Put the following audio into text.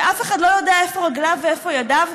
ואף אחד לא יודע איפה רגליו ואיפה ידיו,